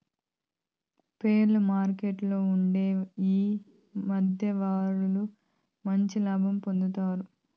షేర్ల మార్కెట్లలో ఉండే ఈ మధ్యవర్తులు మంచి లాభం పొందుతారు